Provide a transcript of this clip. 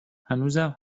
هنوزم